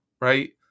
Right